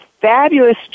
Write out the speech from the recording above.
fabulous